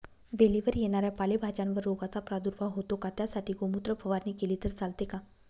वेलीवर येणाऱ्या पालेभाज्यांवर रोगाचा प्रादुर्भाव होतो का? त्यासाठी गोमूत्र फवारणी केली तर चालते का?